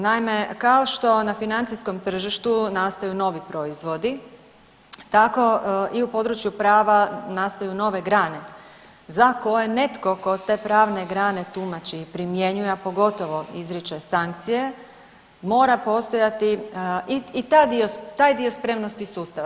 Naime, kao što na financijskom tržištu nastaju novi proizvodi, tako i u području prava nastaju nove grane za koje netko tko te pravne grane tumači i primjenjuje, a pogotovo izriče sankcije mora postojati i taj dio spremnosti sustava.